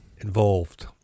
Involved